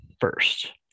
First